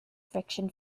friction